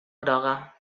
groga